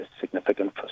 significant